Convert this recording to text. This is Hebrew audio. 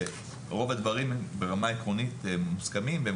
רוב הדברים ברמה העקרונית מוסכמים והם